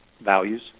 values